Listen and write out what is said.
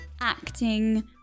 acting